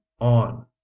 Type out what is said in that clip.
on